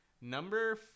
number